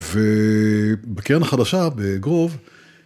ובקרן החדשה בגרוב.